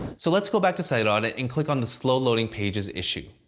so let's go back to site audit, and click on the slow-loading pages issue.